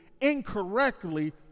incorrectly